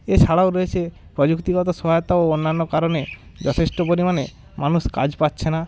এছাড়াও রয়েছে প্রযুক্তিগত সহায়তা ও অন্যান্য কারণে যথেষ্ঠ পরিমাণে মানুষ কাজ পাচ্ছে না